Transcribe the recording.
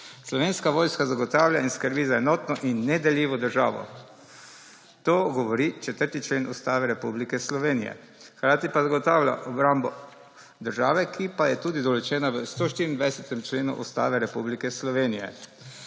Slovenska vojska zagotavlja in skrbi za enotno in nedeljivo državo. To govori 4. člen Ustave Republike Slovenije, hkrati pa zagotavlja obrambo države, ki pa je tudi določena v 124. členu Ustave Republike Slovenije.